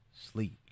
Sleep